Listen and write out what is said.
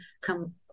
Come